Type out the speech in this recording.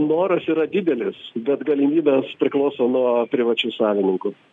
noras yra didelis bet galimybės priklauso nuo privačius savininkus